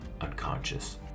unconscious